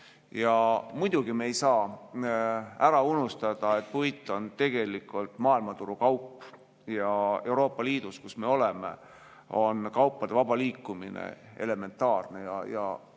Muidugi ei saa me ära unustada, et puit on maailmaturu kaup, ja Euroopa Liidus, kus me oleme, on kaupade vaba liikumine elementaarne,